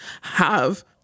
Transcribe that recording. have-